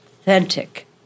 authentic